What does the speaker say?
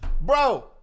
bro